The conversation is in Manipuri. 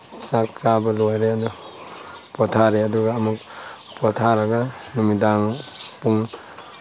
ꯆꯥꯛ ꯆꯥꯕ ꯂꯣꯏꯔꯦ ꯑꯗꯣ ꯄꯣꯠꯊꯥꯔꯦ ꯑꯗꯨꯒ ꯑꯃꯨꯛ ꯄꯣꯠꯊꯥꯔꯒ ꯅꯨꯃꯤꯗꯥꯡ ꯄꯨꯡ